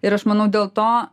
ir aš manau dėl to